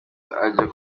ajya